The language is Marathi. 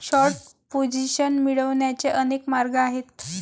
शॉर्ट पोझिशन मिळवण्याचे अनेक मार्ग आहेत